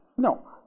No